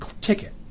ticket